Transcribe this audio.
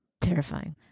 terrifying